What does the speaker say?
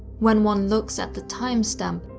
when one looks at the timestamp,